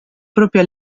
propia